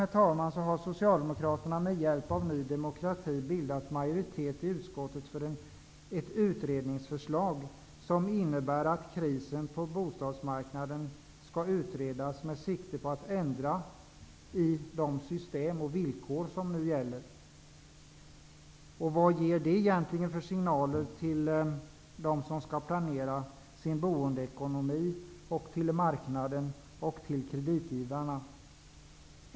Dessutom har Socialdemokraterna med hjälp av Ny demokrati bildat majoritet i utskottet för ett utredningsförslag, som innebär att krisen på bostadsmarknaden skall utredas med sikte på att man skall ändra i de system och villkor som nu gäller. Vad ger det egentligen för signaler till dem som skall planera sin boendekonomi, till marknaden och till kreditgivarna?